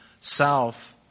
south